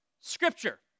Scripture